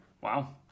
Wow